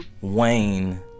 Wayne